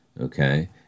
okay